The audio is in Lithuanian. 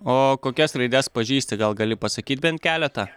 o kokias raides pažįsti gal gali pasakyt bent keletą